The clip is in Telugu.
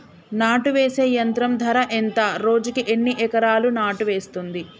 నాటు వేసే యంత్రం ధర ఎంత రోజుకి ఎన్ని ఎకరాలు నాటు వేస్తుంది?